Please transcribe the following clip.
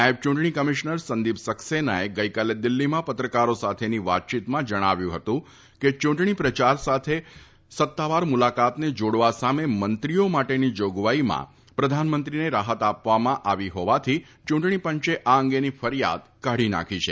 નાયબ ચૂંટણી કમિશનર સંદિપ સક્સેનાએ ગઈકાલે દિલ્ફીમાં પત્રકારો સાથેની વાતચીતમાં જણાવ્યું ફતું કે ચૂંટણી પ્રચારની સાથે સત્તાવાર મુલાકાતને જાડવા સામે મંત્રીઓ માટેની જાગવાઈમાં પ્રધાનમંત્રીને રાફત આપવામાં આવી જોવાથી ચૂંટણી પંચે આ અંગેની ફરિયાદ કાઢી નાખી છે